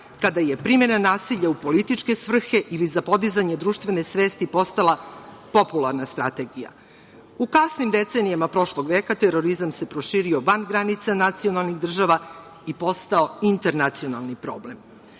kada je primena nasilja u političke svrhe, ili za podizanje društvene svesti postala popularna strategija. U kasnim decenijama prošlog veka terorizam se proširio van granica nacionalnih država i postao internacionalni problem. Ja